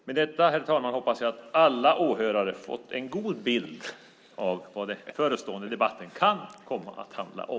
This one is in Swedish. Med detta hoppas jag att alla åhörare har fått en god bild av vad den förestående debatten kan komma att handla om.